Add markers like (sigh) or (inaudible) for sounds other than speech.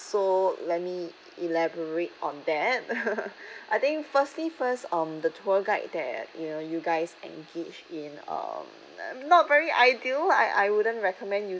so let me elaborate on that (laughs) I think firstly first um the tour guide that you know you guys engaged in um not very ideal I I wouldn't recommend you